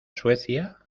suecia